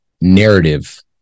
narrative